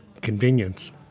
convenience